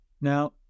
Now